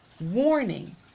warning